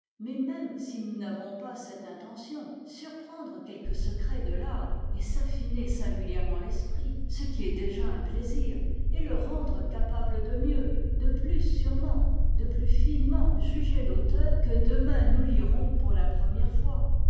mais même si nous n'avons pas cette intention surprendre quelques secrets de l'art est s'affiner singulièrement l'esprit ce qui est déjà un plaisir et le rendre capable de mieux de plus sûrement de plus finement juger l'auteur que demain nous lirons pour la première fois